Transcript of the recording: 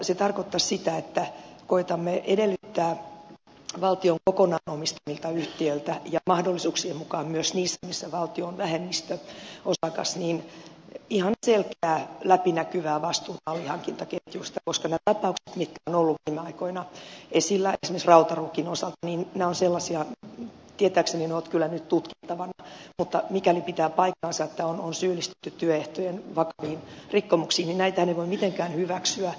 se tarkoittaisi sitä että koetamme edellyttää valtion kokonaan omistamilta yhtiöiltä ja mahdollisuuksien mukaan myös niiltä joissa valtio on vähemmistöosakas ihan selkeää läpinäkyvää vastuuta alihankintaketjuista koska nämä tapaukset jotka ovat olleet viime aikoina esillä esimerkiksi rautaruukin osalta ovat sellaisia tietääkseni ne ovat kyllä nyt tutkittavana että mikäli pitää paikkansa että on syyllistytty työehtojen vakaviin rikkomuksiin niin näitähän ei voi mitenkään hyväksyä